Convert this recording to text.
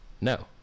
No